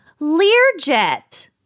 Learjet